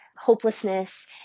hopelessness